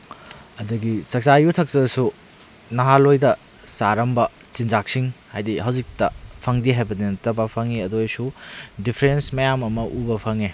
ꯑꯗꯒꯤ ꯆꯥꯛꯆꯥ ꯌꯨꯊꯛꯇꯗꯁꯨ ꯅꯍꯥꯟꯋꯥꯏꯒ ꯆꯥꯔꯝꯕ ꯆꯤꯟꯖꯥꯛꯁꯤꯡ ꯍꯥꯏꯗꯤ ꯍꯧꯖꯤꯛꯇ ꯐꯪꯗꯦ ꯍꯥꯏꯕꯗꯤ ꯅꯠꯇꯕ ꯐꯪꯏ ꯑꯗꯨ ꯑꯣꯏꯔꯁꯨ ꯗꯤꯐ꯭ꯔꯦꯟꯁ ꯃꯌꯥꯝ ꯑꯃ ꯎꯕ ꯐꯪꯉꯦ